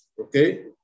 okay